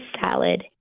salad